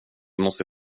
måste